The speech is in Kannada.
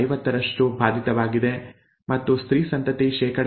50ರಷ್ಟು ಬಾಧಿತವಾಗಿದೆ ಮತ್ತು ಸ್ತ್ರೀ ಸಂತತಿ ಶೇ